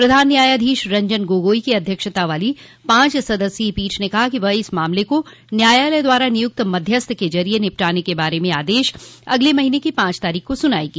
प्रधान न्यायाधीश रंजन गोगोई की अध्यक्षता वाली पांच सदस्यीय पीठ ने कहा कि वह इस मामले को न्यायालय द्वारा नियुक्त मध्यस्थ के जरिये निपटाने के बारे में आदेश अगले महीने की पांच तारीख को सूनायेगी